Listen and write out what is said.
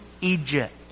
Egypt